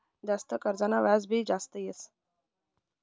जास्त कर्जना व्याज भी जास्त येस